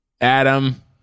Adam